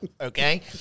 okay